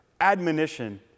admonition